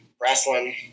wrestling